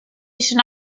should